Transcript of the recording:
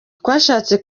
twashatse